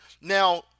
Now